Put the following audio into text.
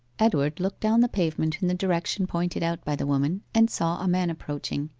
edward looked down the pavement in the direction pointed out by the woman, and saw a man approaching.